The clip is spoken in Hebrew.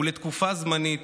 ולתקופה זמנית,